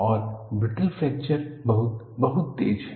और brittle fracture बहुत बहुत तेज है